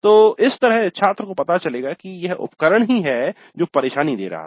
तो इस तरह छात्र को पता चलेगा कि यह उपकरण ही है जो परेशानी दे रहा था